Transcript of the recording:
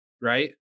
right